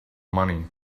money